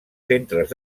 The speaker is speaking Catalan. centres